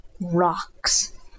rocks